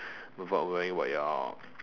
without worrying about your